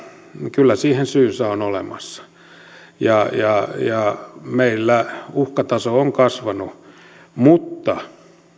kyllä siihen syynsä on olemassa meillä uhkataso on kasvanut mutta